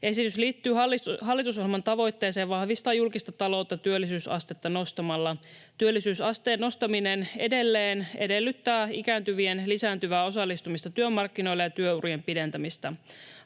Esitys liittyy hallitusohjelman tavoitteeseen vahvistaa julkista taloutta työllisyysastetta nostamalla. Työllisyysasteen nostaminen edelleen edellyttää ikääntyvien lisääntyvää osallistumista työmarkkinoille ja työurien pidentämistä.